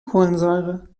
kohlensäure